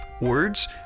Words